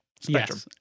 spectrum